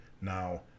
Now